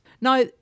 Now